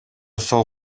сол